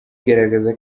igaragaza